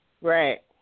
Right